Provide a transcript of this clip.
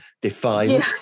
defined